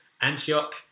Antioch